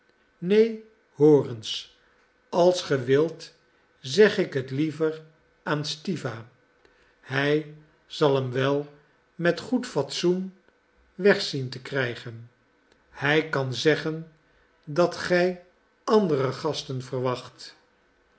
hoor eens als ge wilt zeg ik het liever aan stiwa hij zal hem wel met goed fatsoen weg zien te krijgen hij kan zeggen dat gij andere gasten verwacht